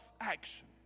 action